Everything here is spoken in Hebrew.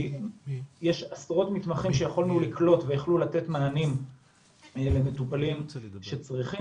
כי יש עשרות מתמחים שיכולנו לקלוט ויכלו לתת מענים למטופלים שצריכים,